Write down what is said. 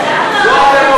ישראל חסון.